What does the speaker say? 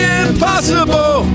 impossible